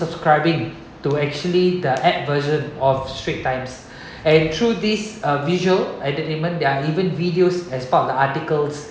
subscribing to actually the app version of strait times and through this uh visual entertainment there are even videos as part of the articles